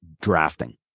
drafting